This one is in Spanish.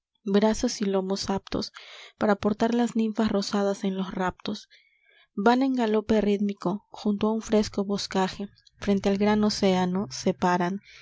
brazos y lomos aptos para portar las ninfas rosadas en los raptos van en galope rítmico junto a un fresco boscaje frente al gran océano se paran